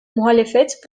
muhalefet